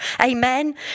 Amen